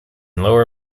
lower